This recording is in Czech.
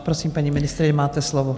Prosím, paní ministryně, máte slovo.